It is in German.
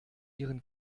ihren